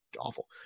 awful